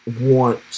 Want